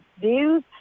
views